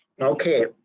Okay